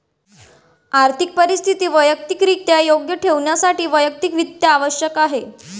आर्थिक परिस्थिती वैयक्तिकरित्या योग्य ठेवण्यासाठी वैयक्तिक वित्त आवश्यक आहे